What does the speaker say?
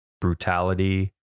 brutality